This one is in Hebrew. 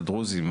הדרוזים,